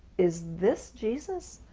is this jesus?